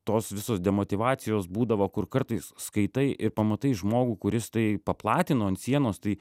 tos visos demotyvacijos būdavo kur kartais skaitai ir pamatai žmogų kuris tai paplatino ant sienos tai